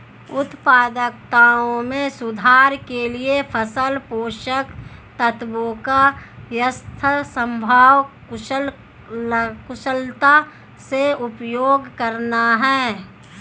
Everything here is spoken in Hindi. उत्पादकता में सुधार के लिए फसल पोषक तत्वों का यथासंभव कुशलता से उपयोग करना है